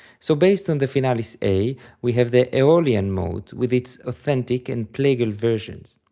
so based on the finalis a we have the aeolian mode with its authentic and plagal versions,